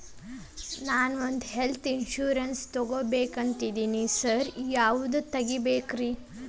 ನಾನ್ ಒಂದ್ health insurance ತಗಬೇಕಂತಿದೇನಿ ಸಾರ್ ಯಾವದ ತಗಬೇಕ್ರಿ?